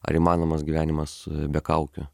ar įmanomas gyvenimas be kaukių